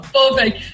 Perfect